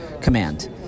command